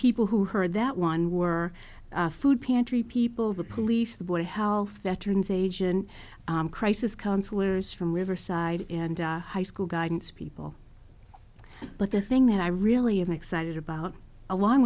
people who heard that one were food pantry people the police the boy health veterans agent crisis counselors from riverside and high school guidance people but the thing that i really i'm excited about along